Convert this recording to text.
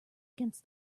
against